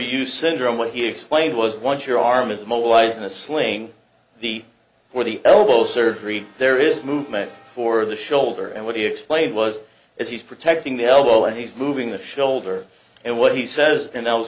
you syndrome what he explained was once your arm is mobilized in a sling the for the elbow surgery there is movement for the shoulder and what he explained was if he's protecting the elbow and he's moving the shoulder and what he says in those